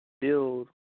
build